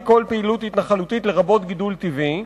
כל פעילות התנחלותית לרבות גידול טבעי.